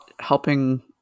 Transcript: helping